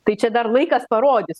tai čia dar laikas parodys